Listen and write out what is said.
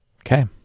Okay